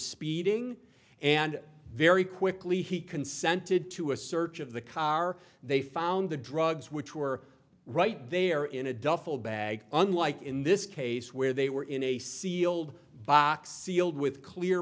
speeding and very quickly he consented to a search of the car they found the drugs which were right there in a duffel bag unlike in this case where they were in a sealed box sealed with clear